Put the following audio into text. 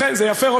ובכן, זה יפה.